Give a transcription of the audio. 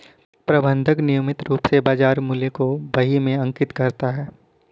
प्रबंधक नियमित रूप से बाज़ार मूल्य को बही में अंकित करता है